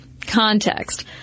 context